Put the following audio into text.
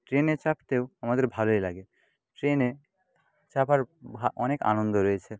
ট্রেনে চাপতেও আমাদের ভালোই লাগে ট্রেনে চাপার অনেক আনন্দ রয়েছে